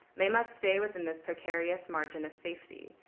they must stay within this precarious margin of safety,